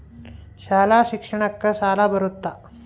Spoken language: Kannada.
ಶಾಲಾ ಶಿಕ್ಷಣಕ್ಕ ಸಾಲ ಬರುತ್ತಾ?